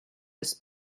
his